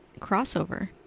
crossover